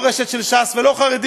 לא דתי, לא רשת של ש"ס, ולא חרדי.